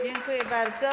Dziękuję bardzo.